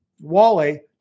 Wally